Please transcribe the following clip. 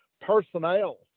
personnel